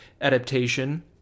adaptation